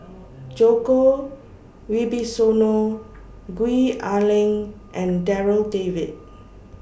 Djoko Wibisono Gwee Ah Leng and Darryl David